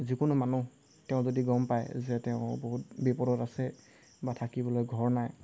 যিকোনো মানুহ তেওঁ যদি গম পায় যে তেওঁ বহুত বিপদত আছে বা থাকিবলৈ ঘৰ নাই